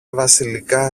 βασιλικά